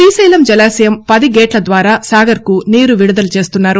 శ్రీశైలం జలాశయం పది గేట్ల ద్వారా సాగర్కు నీరు విడుదల చేస్తున్నారు